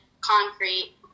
concrete